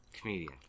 comedian